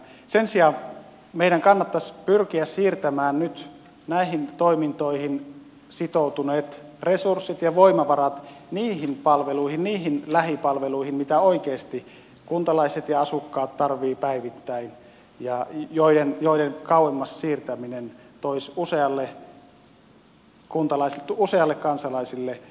sen sijaan meidän kannattaisi pyrkiä siirtämään nyt näihin toimintoihin sitoutuneet resurssit ja voimavarat niihin palveluihin niihin lähipalveluihin joita oikeasti kuntalaiset ja asukkaat tarvitsevat päivittäin ja joiden kauemmas siirtäminen toisi usealle kansalaiselle sitten vaikeuksia